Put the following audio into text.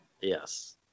Yes